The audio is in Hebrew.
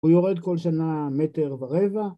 ‫הוא יורד כל שנה מטר ורבע.